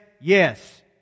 yes